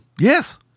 Yes